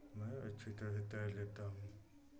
मैं अच्छी तरह तैर लेता हूँ